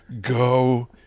Go